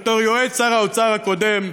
בתור יועץ שר האוצר הקודם,